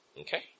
Okay